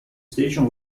station